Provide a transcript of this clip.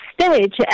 stage